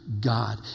God